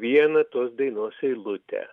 vieną tos dainos eilutę